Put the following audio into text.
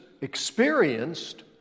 experienced